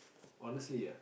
honestly ah